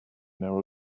narrow